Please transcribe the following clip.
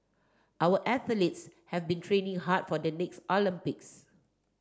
our athletes have been training hard for the next Olympics